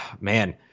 man